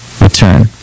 return